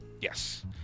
Yes